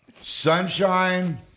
Sunshine